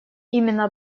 именно